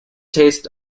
taste